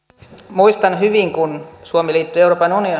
muistan hyvin kun suomi liittyi euroopan unioniin ja